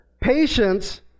Patience